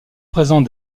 présent